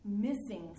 missing